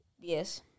Yes